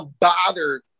bother